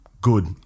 Good